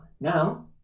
Now